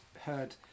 heard